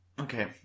Okay